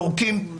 יורקים,